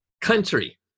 country